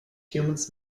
humans